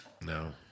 No